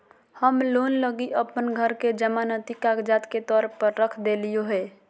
हम लोन लगी अप्पन घर के जमानती कागजात के तौर पर रख देलिओ हें